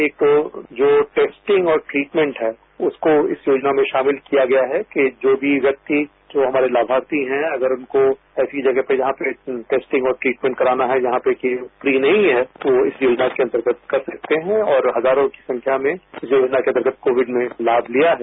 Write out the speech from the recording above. एक जो टेस्टिंग और ट्रीटमेंट है उसको इस योजना में शामिल किया गया है कि जो भी व्यक्ति जो हमारे लाभार्थी है अगर उनको ऐसी जगह पर जहां पर टेस्टिंग और ट्रीटमेंट कराना है जहां पर ये फ्री नहीं है वो इस योजना के अंतर्गत कर सकते हैं और हजारों की संख्या में योजना के अंतर्गत कोविड में लाभ लिया है